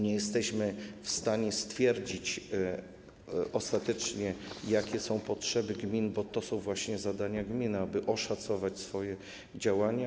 Nie jesteśmy w stanie stwierdzić ostatecznie, jakie są potrzeby gmin, bo to są właśnie zadania gmin, aby oszacować swoje działania.